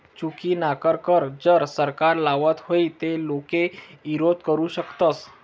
चुकीनाकर कर जर सरकार लावत व्हई ते लोके ईरोध करु शकतस